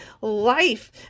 life